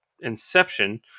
Inception